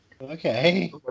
okay